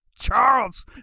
Charles